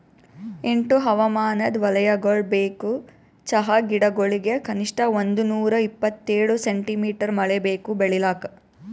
ಎಂಟು ಹವಾಮಾನದ್ ವಲಯಗೊಳ್ ಬೇಕು ಚಹಾ ಗಿಡಗೊಳಿಗ್ ಕನಿಷ್ಠ ಒಂದುನೂರ ಇಪ್ಪತ್ತೇಳು ಸೆಂಟಿಮೀಟರ್ ಮಳೆ ಬೇಕು ಬೆಳಿಲಾಕ್